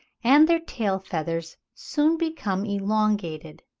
and their tail-feathers soon become elongated.